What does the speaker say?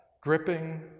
gripping